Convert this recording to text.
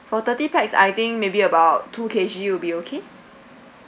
for thirty pax I think maybe about two K_G will be okay